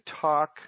talk